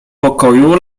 pokoju